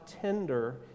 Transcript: tender